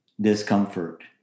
discomfort